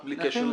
בלי קשר לזה.